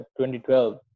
2012